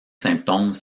symptômes